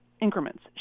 increments